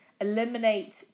eliminate